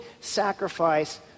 sacrifice